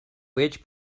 wedge